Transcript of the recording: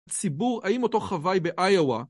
ציבור האם אותו חוואי בiowa?